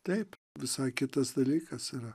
taip visai kitas dalykas yra